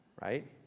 right